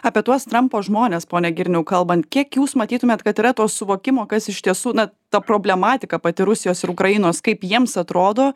apie tuos trampo žmones pone girniau kalbant kiek jūs matytumėt kad yra to suvokimo kas iš tiesų na ta problematika pati rusijos ir ukrainos kaip jiems atrodo